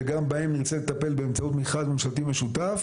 שגם בהם נרצה לטפל באמצעות מכרז ממשלתי משותף.